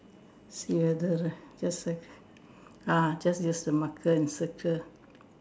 see whether right just cir~ uh just use the marker and circle